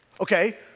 Okay